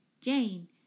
Jane